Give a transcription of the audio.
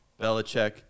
Belichick